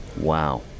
Wow